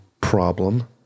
problem